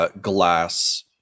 glass